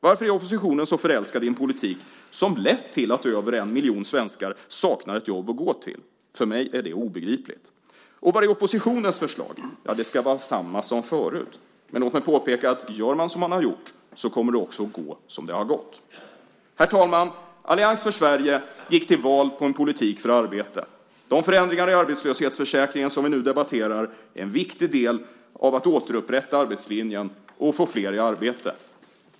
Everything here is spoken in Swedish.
Varför är oppositionen så förälskad i en politik som har lett till att över en miljon svenskar saknar ett jobb att gå till? För mig är det obegripligt. Vad är då oppositionens förslag? Jo, att det ska vara samma som förut. Men låt mig påpeka att gör man som man har gjort, kommer det också att gå som det har gått. Herr talman! Allians för Sverige gick till val på en politik för arbete. De förändringar i arbetslöshetsförsäkringen som vi nu debatterar är en viktig del för att återupprätta arbetslinjen och få flera i arbete.